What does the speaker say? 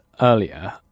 earlier